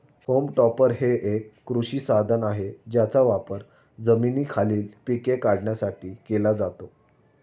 home टॉपर हे एक कृषी साधन आहे ज्याचा वापर जमिनीखालील पिके काढण्यासाठी केला जातो